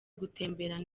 gutemberana